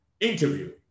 interview